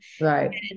right